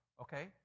okay